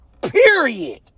period